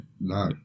No